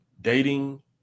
dating